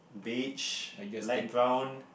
beige light brown